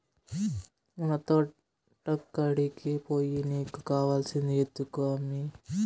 మన తోటకాడికి పోయి నీకు కావాల్సింది ఎత్తుకో అమ్మీ